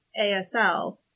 ASL